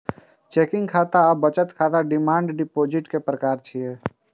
checking खाता आ बचत खाता डिमांड डिपोजिट के प्रकार छियै